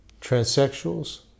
transsexuals